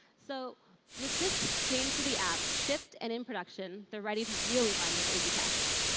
so with this change to the app shipped and in production they're ready to really run those a b tests.